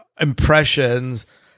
impressions